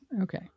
Okay